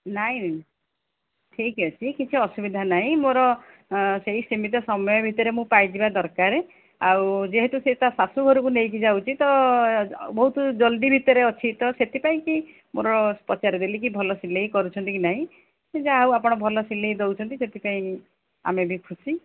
ନାଇଁ ଠିକ୍ ଅଛି କିଛି ଅସୁବିଧା ନାହିଁ ମୋର ସେହି ସୀମିତ ସମୟ ଭିତରେ ମୁଁ ପାଇଯିବା ଦରକାର ଆଉ ଯେହେତୁ ସେ ତା ଶାଶୂ ଘରକୁ ନେଇକି ଯାଉଛି ତ ବହୁତ ଜଲଦି ଭିତରେ ଅଛି ତ ସେଥିପାଇଁ କି ମୋର ପଚାରି ଦେଲି କି ଭଲ ସିଲେଇ କରୁଛନ୍ତି କି ନାହିଁ ସେ ଯାହା ହେଉ ଆପଣ ଭଲ ସିଲେଇ ଦେଉଛନ୍ତି ସେଥିପାଇଁ ଆମେ ବି ଖୁସି